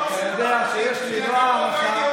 אתה יודע שיש לי מלוא ההערכה,